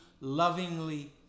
lovingly